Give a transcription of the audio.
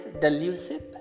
delusive